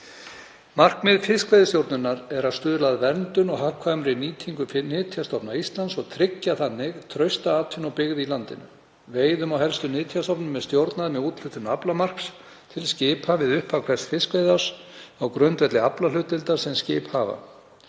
Markmið fiskveiðistjórnar er að stuðla að verndun og hagkvæmri nýtingu nytjastofna Íslands og tryggja þannig trausta atvinnu og byggð í landinu. Veiðum á helstu nytjastofnum er stjórnað með úthlutun aflamarks til skipa við upphaf hvers fiskveiðiárs á grundvelli aflahlutdeildar sem skip hafa.